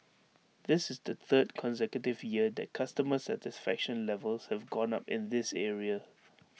this is the third consecutive year that customer satisfaction levels have gone up in this area